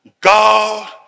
God